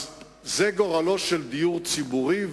זה גורלו של דיור ציבורי,